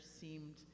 seemed